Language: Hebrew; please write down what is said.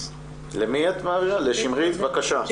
שמרית בבקשה.